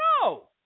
no